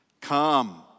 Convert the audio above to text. Come